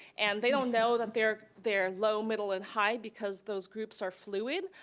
and they don't know that they're they're low, middle, and high, because those groups are fluid,